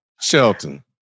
Shelton